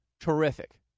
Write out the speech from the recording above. terrific